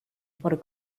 por